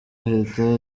ahita